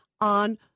on